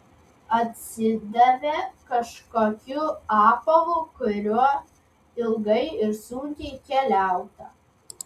atsidavė kažkokiu apavu kuriuo ilgai ir sunkiai keliauta